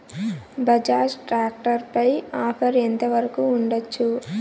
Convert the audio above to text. Bajaj tractor పై offer ఎంత వరకు ఉండచ్చు?